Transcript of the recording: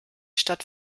stadt